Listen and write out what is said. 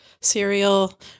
cereal